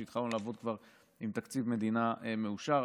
שבה התחלנו כבר לעבוד עם תקציב מדינה מאושר,